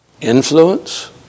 influence